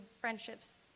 friendships